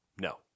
no